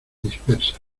dispersa